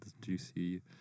juicy